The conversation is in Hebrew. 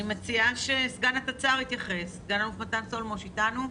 אני מציעה שסגן התצ"ר מתן סולומוש יתייחס.